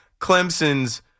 Clemson's